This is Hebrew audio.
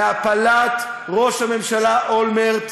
להפלת ראש הממשלה אולמרט,